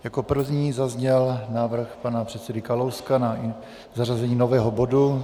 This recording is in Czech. Jako první zazněl návrh pana předsedy Kalouska na zařazení nového bodu.